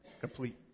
complete